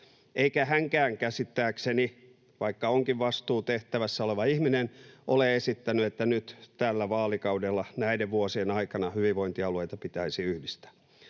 eikä hänkään käsittääkseni — vaikka onkin vastuutehtävässä oleva ihminen — ole esittänyt, että nyt tällä vaalikaudella, näiden vuosien aikana, hyvinvointialueita pitäisi yhdistää.